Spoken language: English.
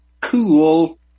cool